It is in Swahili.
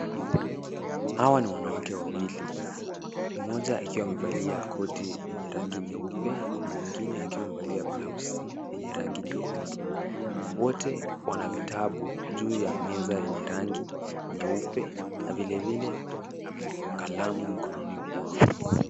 Hawa ni wanawake wawili, mmoja akiwa amevalia koti yenye rangi nyeupe, na mwingine akiwa amevalia blauzi yenye rangi nyekundu. Wote wana vitabu juu ya meza yenye rangi nyeupe na vile vile kalamu mikononi mwao.